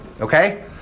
Okay